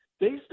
Based